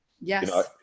Yes